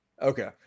Okay